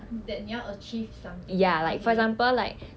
that 你要 achieve something ah okay